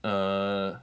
err